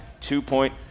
two-point